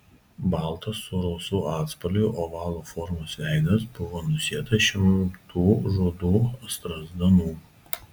baltas su rausvu atspalviu ovalo formos veidas buvo nusėtas šimtų rudų strazdanų